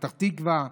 פתח תקווה,